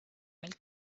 meil